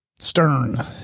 Stern